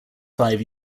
five